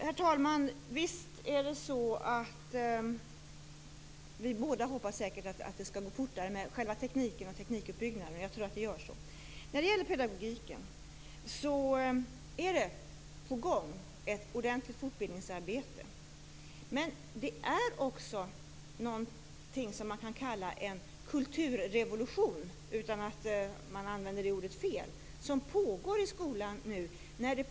Herr talman! Vi hoppas säkert båda att det skall gå fortare med tekniken och teknikuppbyggnaden. Jag tror att det gör det. När det gäller pedagogiken är det ett rejält fortbildningsarbete på gång. Det är också någonting som man kan kalla en kulturrevolution, utan att man använder det ordet fel, som pågår i skolan nu.